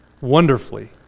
wonderfully